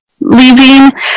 Leaving